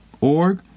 org